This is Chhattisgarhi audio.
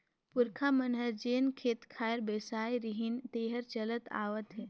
पूरखा मन हर जेन खेत खार बेसाय रिहिन तेहर चलत आवत हे